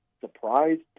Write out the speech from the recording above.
Surprised